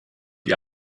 die